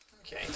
Okay